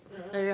ah ah